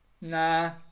Nah